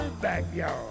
backyard